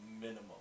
minimum